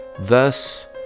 Thus